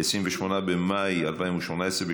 28 במאי 2018,